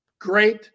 great